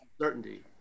certainty